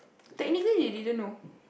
technically they didn't know